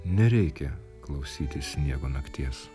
nereikia klausytis sniego nakties